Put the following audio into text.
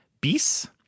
beasts